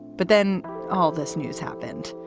but then all this news happened.